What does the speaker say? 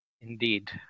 indeed